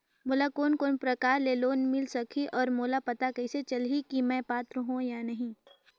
मोला कोन कोन प्रकार के लोन मिल सकही और मोला पता कइसे चलही की मैं पात्र हों या नहीं?